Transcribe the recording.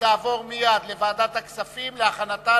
לוועדת הכספים נתקבלה.